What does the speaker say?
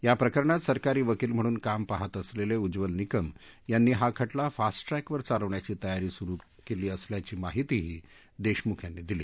या प्रकरणात सरकारी वकील म्हणून काम पहात असलेले उज्वल निकम यांनी हा खटला फास्ट ट्रॅकवर चालवण्याची तयारी सुरु केली असल्याची माहितीही देशमुख यांनी दिली